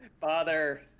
father